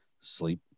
sleep